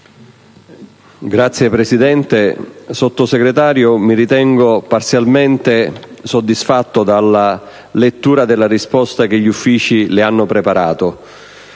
Presidente, signora Sottosegretario, mi ritengo parzialmente soddisfatto dalla lettura della risposta che gli uffici le hanno preparato,